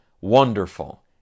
Wonderful